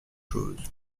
choses